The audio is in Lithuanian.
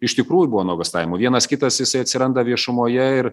iš tikrųjų buvo nuogąstavimų vienas kitas jisai atsiranda viešumoje ir